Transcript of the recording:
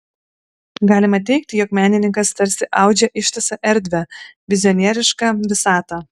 galima teigti jog menininkas tarsi audžia ištisą erdvę vizionierišką visatą